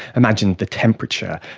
imagine the temperature,